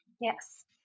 Yes